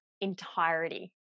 entirety